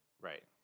Right